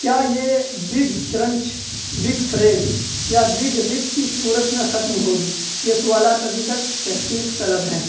کیا یہ big crunch big freeze یا بگ رپ کی صورت میں ختم ہوگی یہ سوالات ابھی تک تحقیق طلب ہیں